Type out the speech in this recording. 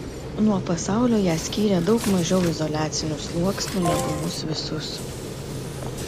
nuo pasaulio ją skyrė daug mažiau izoliacinių sluoksnių negu mus visus